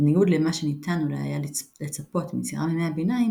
בניגוד למה שניתן אולי היה לצפות מיצירה מימי הביניים,